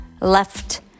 left